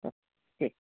हो ठीक